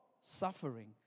suffering